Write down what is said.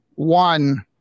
One